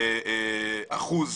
אחוז